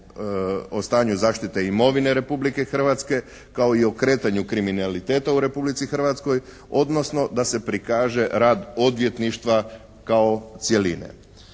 o stanju zaštite imovine Republike Hrvatske kao i o kretanju kriminaliteta u Republici Hrvatskoj odnosno da se prikaže rad odvjetništva kao cjeline.